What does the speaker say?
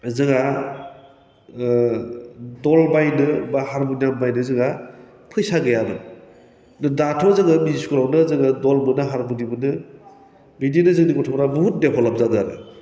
जोंहा दल बायनो बा हारमुनियाम बायनो जोंहा फैसा गैयामोन दाथ' जोङो बै स्कुलावनो जोङो दल मोनो हारमुनि मोनो बिदिनो जोंनि गथ'फ्रा बुहुत डेभलाप जादों आरो